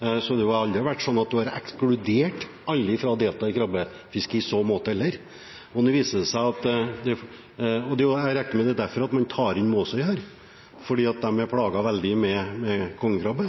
så måte. Jeg regner med at det er derfor man tar inn Måsøy, fordi de er veldig plaget med kongekrabbe.